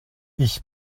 ich